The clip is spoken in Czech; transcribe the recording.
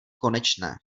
konečné